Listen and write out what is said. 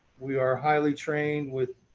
we are highly trained with,